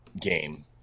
game